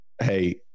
Hey